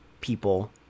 people